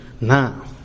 now